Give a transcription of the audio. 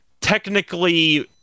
technically